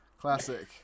classic